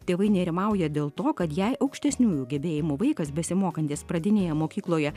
tėvai nerimauja dėl to kad jei aukštesniųjų gebėjimų vaikas besimokantis pradinėje mokykloje